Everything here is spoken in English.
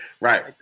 Right